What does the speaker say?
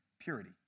purity